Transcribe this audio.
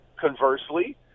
conversely